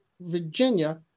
Virginia